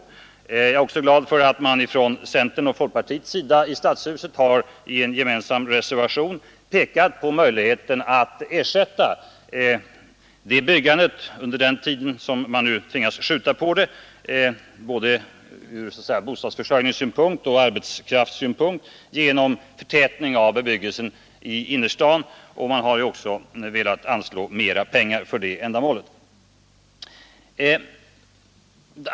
Jag är också glad för att man från centern och folkpartiet i Stadshuset i en gemensam reservation har pekat på möjligheten att öka tillskottet av lägenheter genom en förtätning av bebyggelsen i innerstaden samt att man också har velat anslå mera pengar för sanering.